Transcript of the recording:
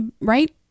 Right